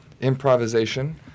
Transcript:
improvisation